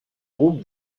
groupe